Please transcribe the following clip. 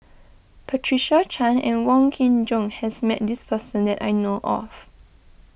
Patricia Chan and Wong Kin Jong has met this person that I know of